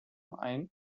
ein